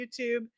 YouTube